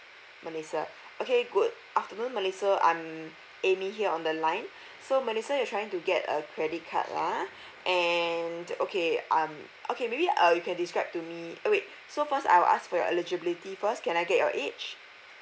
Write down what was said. melissa okay good afternoon melissa I'm amy here on the line so melissa you're trying to get a credit card lah and okay um okay maybe uh you can describe to me uh wait so first I'll ask for your eligibility first can I get your age